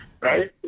Right